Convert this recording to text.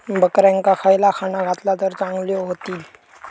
बकऱ्यांका खयला खाणा घातला तर चांगल्यो व्हतील?